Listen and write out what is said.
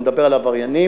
אני מדבר על עבריינים,